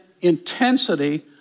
intensity